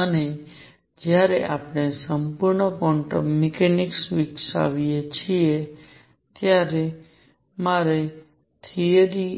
અને જ્યારે આપણે સંપૂર્ણ ક્વોન્ટમ મિકેનિક્સ વિકસાવીએ છીએ ત્યારે મારે યોગ્ય થિયરિ